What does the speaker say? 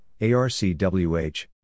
ARCWH